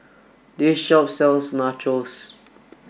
this shop sells Nachos